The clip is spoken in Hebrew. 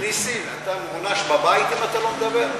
נסים, אתה מוענש בבית אם אתה לא מדבר?